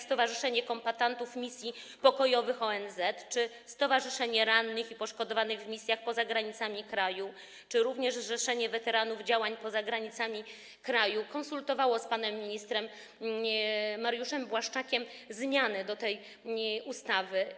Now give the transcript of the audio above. Stowarzyszenie Kombatantów Misji Pokojowych ONZ, Stowarzyszenie Rannych i Poszkodowanych w Misjach Poza Granicami Kraju czy również Zrzeszenie Weteranów Działań Poza Granicami Państwa konsultowały z panem ministrem Mariuszem Błaszczakiem zmiany zgłoszone do tej ustawy.